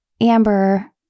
Amber